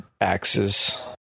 axes